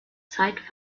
zeit